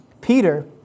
Peter